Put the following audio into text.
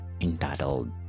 entitled